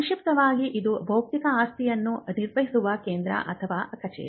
ಸಂಕ್ಷಿಪ್ತವಾಗಿ ಇದು ಬೌದ್ಧಿಕ ಆಸ್ತಿಯನ್ನು ನಿರ್ವಹಿಸುವ ಕೇಂದ್ರ ಅಥವಾ ಕಚೇರಿ